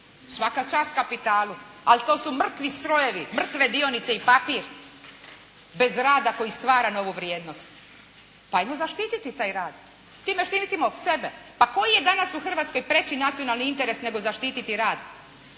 Svaka čast kapitalu, ali to su mrtvi strojevi, mrtve dionice i papir bez rada koji stvara novu vrijednost. Pa ajmo zaštiti taj rad. Time štitimo sebe. Pa koji je danas u Hrvatskoj preći nacionalni interes nego zaštiti rad?